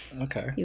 Okay